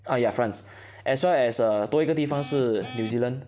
uh ya France as long as err 多一个地方是 New Zealand